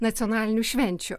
nacionalinių švenčių